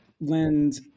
lend